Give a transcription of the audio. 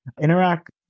Interact